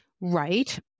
right